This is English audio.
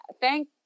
thank